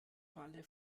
falle